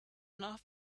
enough